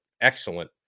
excellent